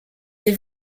des